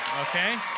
okay